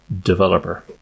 developer